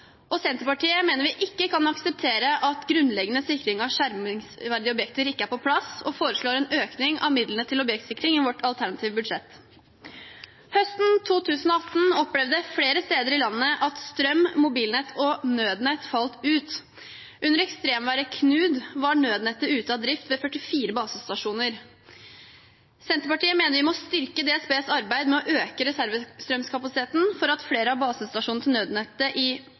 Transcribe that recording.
objektsikring. Senterpartiet mener at vi ikke kan akseptere at grunnleggende sikring av skjermingsverdige objekter ikke er på plass, og foreslår en økning av midlene til objektsikring i sitt alternative budsjett. Høsten 2018 opplevde flere steder i landet at strøm, mobilnett og nødnett falt ut. Under ekstremværet «Knud» var nødnettet ute av drift ved 44 basestasjoner. Senterpartiet mener vi må styrke DSBs arbeid med å øke reservestrømkapasiteten for flere av basestasjonenes nødnett i 2019, og foreslår økte midler til